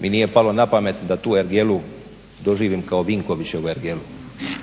mi nije palo na pamet da tu ergelu doživim kao Vinkovićevu ergelu